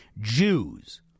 Jews